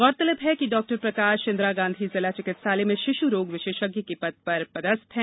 गौरतलब है कि डॉ प्रकाश इंदिरा गांधी जिला चिकित्सालय में शिश् रोग विशेषज्ञ के पद पर में पदस्थ है